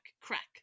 crack